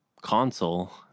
console